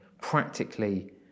practically